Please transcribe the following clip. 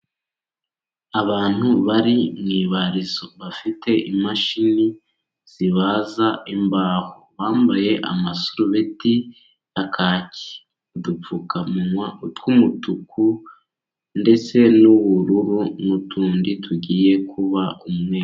Abantu bari mu ibarizo, bafite imashini zibaza imbaho. Bambaye amasarubeti ya kaki, udupfukamuwa utw'umutuku ndetse n'ubururu, n'utundi tugiye kuba umweru.